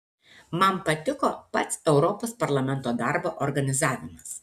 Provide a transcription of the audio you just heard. man patiko pats europos parlamento darbo organizavimas